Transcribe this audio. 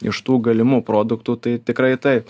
iš tų galimų produktų tai tikrai taip